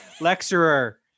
lecturer